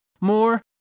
more